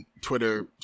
twitter